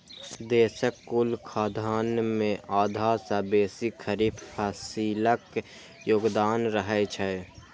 देशक कुल खाद्यान्न मे आधा सं बेसी खरीफ फसिलक योगदान रहै छै